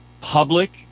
Public